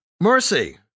mercy